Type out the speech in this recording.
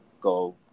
go